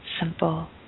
simple